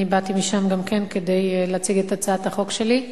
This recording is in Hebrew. באתי משם גם כן כדי להציג את הצעת החוק שלי.